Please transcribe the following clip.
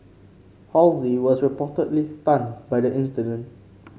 Halsey was reportedly stunned by the incident